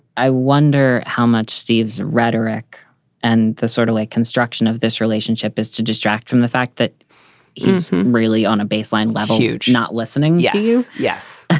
i wonder how much steve's rhetoric and the sort of way construction of this relationship is to distract from the fact that he's really on a baseline level huge not lessening yeah you. yes,